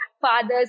fathers